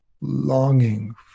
longing